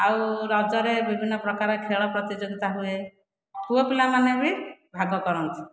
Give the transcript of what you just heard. ଆଉ ରଜରେ ବିଭିନ୍ନ ପ୍ରକାର ଖେଳ ପ୍ରତିଯୋଗିତା ହୁଏ ପୁଅ ପିଲାମାନେ ବି ଭାଗ କରନ୍ତି